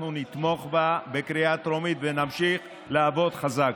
אנחנו נתמוך בה בקריאה טרומית, ונמשיך לעבוד חזק.